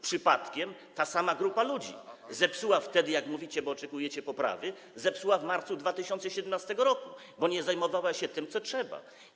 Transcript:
Przypadkiem ta sama grupa ludzi zepsuła to wtedy, jak mówicie, bo oczekujecie poprawy, zepsuła też w marcu 2017 r., bo nie zajmowała się tym, co trzeba.